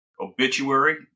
Obituary